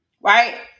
right